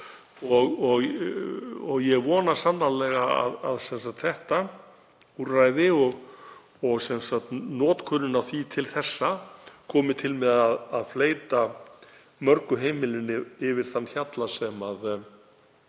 Ég vona sannarlega að þetta úrræði og notkunin á því til þessa komi til með að fleyta mörgu heimilinu yfir þann hjalla sem